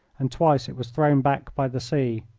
and twice it was thrown back by the sea.